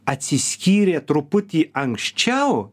atsiskyrė truputį anksčiau